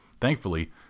Thankfully